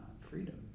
freedom